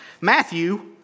Matthew